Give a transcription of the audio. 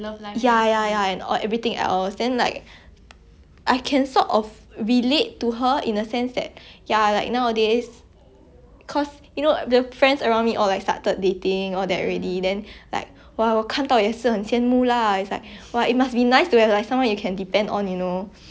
yeah like nowadays cause you know the friends around me like started dating all that already then like !wah! 我看到也是很羡慕 lah it's like !wah! it must be nice to have like someone you can depend on you know but at the end of the day it's like I I'll start thinking at least now we have a choice you know like it's like